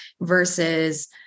versus